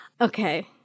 Okay